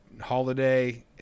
Holiday